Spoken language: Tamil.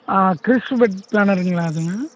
க்ரிஸ் வெட் ப்ளானருங்களாங்க